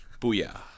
Booyah